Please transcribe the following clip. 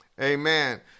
Amen